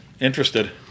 interested